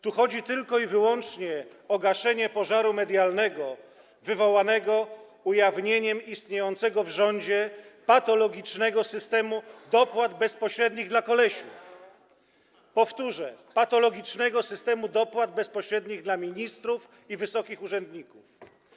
Tu chodzi tylko i wyłącznie o gaszenie pożaru medialnego wywołanego ujawnieniem istniejącego w rządzie patologicznego systemu dopłat bezpośrednich dla kolesiów, powtórzę, patologicznego systemu dopłat bezpośrednich dla ministrów i wysokich urzędników.